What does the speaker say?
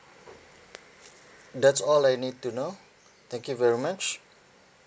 that's all I need to know thank you very much